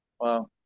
Wow